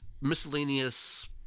miscellaneous